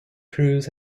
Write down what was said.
cruz